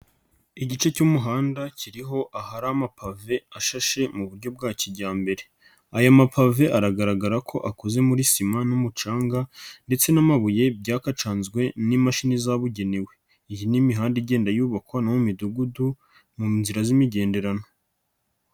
Igice cy'umuhanda kiriho ahari amapave ashashe mu buryo bwa kijyambere. Aya mapave aragaragara ko akoze muri sima n'umucanga ndetse n'amabuye byakacanzwe n'imashini zabugenewe. Iyi ni imihanda igenda yubakwa no mu midugudu, mu nzira z'imigenderano.